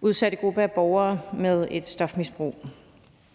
udsatte gruppe af borgere med et stofmisbrug.